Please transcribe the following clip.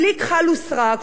בלי כחל ושרק,